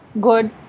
good